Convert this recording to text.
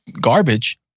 garbage